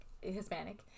Hispanic